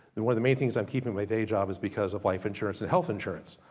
and one of the main things i'm keeping my day job, is because of life insurance and health insurance.